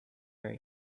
very